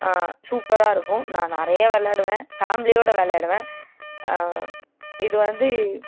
சூப்பராக இருக்கும் நான் நிறையா விளாடுவேன் ஃபேமிலியோடய விளாடுவேன் இது வந்து